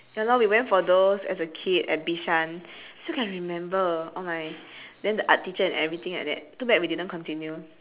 ya lor we went for those as a kid at bishan still can remember all my then the art teacher and everything like that too bad we didn't continue